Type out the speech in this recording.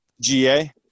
GA